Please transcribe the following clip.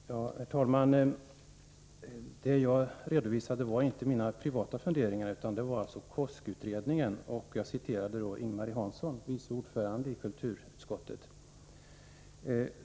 Herr talman! Det jag redovisade var inte mina privata funderingar utan det var KOSK-utredningens. Jag citerade Ing-Marie Hansson, vice ordförande i kulturutskottet.